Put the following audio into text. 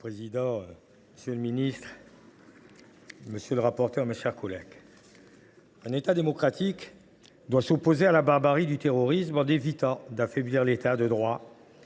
Monsieur le président, monsieur le ministre, mes chers collègues, « un État démocratique doit s’opposer à la barbarie du terrorisme en évitant d’affaiblir l’État de droit